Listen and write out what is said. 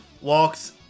walks